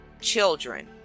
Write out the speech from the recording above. children